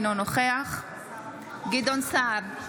אינו נוכח גדעון סער,